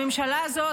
הממשלה הזאת,